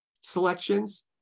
selections